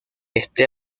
este